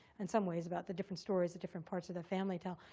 in some ways, about the different stories that different parts of their family tell.